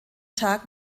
tag